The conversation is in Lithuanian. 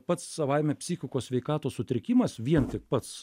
pats savaime psichikos sveikatos sutrikimas vien tik pats